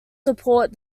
support